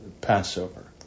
Passover